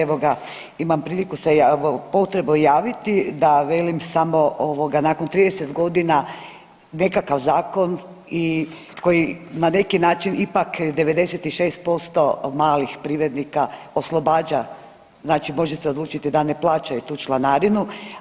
Evo ga, imam priliku se, potrebu javiti da velim samo nakon 30 godina nekakav zakon koji na neki način ipak 96% malih privrednika oslobađa, znači može se odlučiti da ne plaćaju tu članarinu.